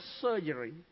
surgery